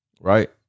right